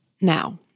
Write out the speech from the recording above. Now